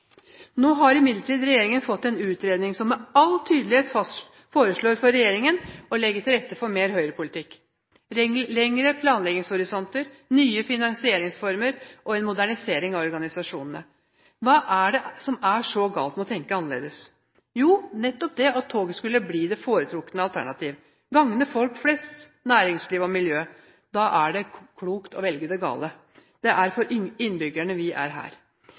Nå har imidlertid regjeringen fått en utredning som med all tydelighet foreslår å legge til rette for mer Høyre-politikk, med lengre planleggingshorisonter, nye finansieringsformer og en modernisering av organisasjonene. Hva er det som er så galt med å tenke annerledes? Jo, nettopp det at toget skulle bli det foretrukne alternativ og gagne folk flest, næringsliv og miljø. Da er det klokt å velge det gale. Det er for innbyggerne vi er her!